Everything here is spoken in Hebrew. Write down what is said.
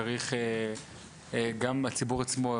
צריך גם הציבור עצמו,